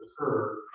occur